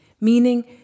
meaning